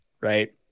right